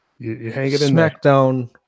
SmackDown